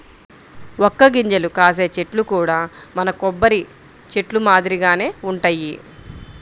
వక్క గింజలు కాసే చెట్లు కూడా మన కొబ్బరి చెట్లు మాదిరిగానే వుంటయ్యి